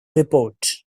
report